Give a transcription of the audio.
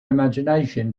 imagination